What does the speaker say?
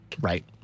Right